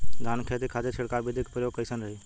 धान के खेती के खातीर छिड़काव विधी के प्रयोग कइसन रही?